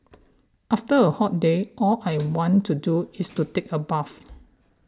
after a hot day all I want to do is to take a bath